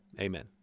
Amen